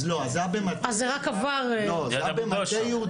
אז לא, זה היה במטה יהודה.